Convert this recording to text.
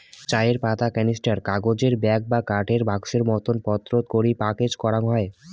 চায়ের পাতা ক্যানিস্টার, কাগজের ব্যাগ বা কাঠের বাক্সোর মতন পাত্রত করি প্যাকেজ করাং হই